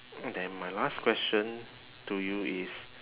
mm then my last question to you is